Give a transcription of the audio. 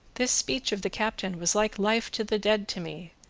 this speech of the captain was like life to the dead to me,